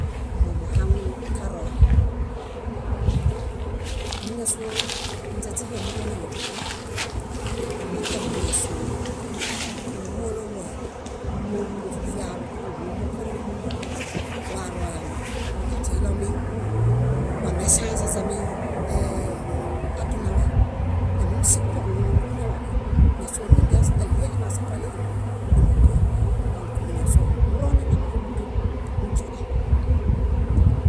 Momuhaŋun karonen, móñasoo ínźe źiɭie muronewa búduñ mata móñasoo kúḃolawa kufiaru kuġuhumo kórerumunda waroyami. Źiɭomi wameŝãĵeźami ee- adunawa ñámusi muṗe kuhumonuġumiẽwaḃa. ñásoo minge áɭi elime ásakaleeɭi numugiyo. Dõk móñasoo muronenamooġo búdun, muźone.